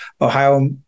Ohio